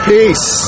Peace